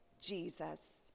Jesus